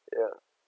ya